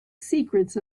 secrets